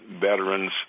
veterans